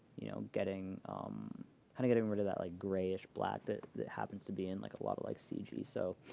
you know, getting kind of getting rid of that like grayish-black that that happens to be in, like, a lot of, like, cg. so